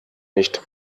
nicht